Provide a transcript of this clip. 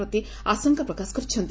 ପ୍ରତି ଆଶଙ୍କା ପ୍ରକାଶ କରିଛନ୍ତି